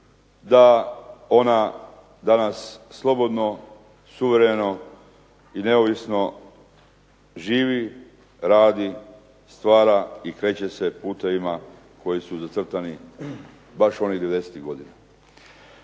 da ona danas slobodno, suvereno i neovisno živi, radi, stvara i kreće se putevima koji su zacrtani baš onih '90.-tih godina.